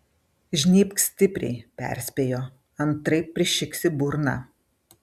žnybk stipriai perspėjo antraip prišiks į burną